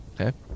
Okay